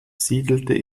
siedelte